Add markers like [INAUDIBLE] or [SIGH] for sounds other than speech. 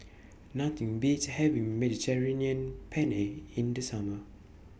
[NOISE] Nothing Beats having Mediterranean Penne in The Summer